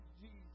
Jesus